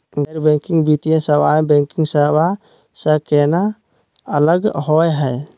गैर बैंकिंग वित्तीय सेवाएं, बैंकिंग सेवा स केना अलग होई हे?